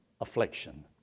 affliction